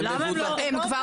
הם כבר